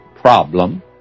problem